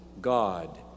God